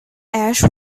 ash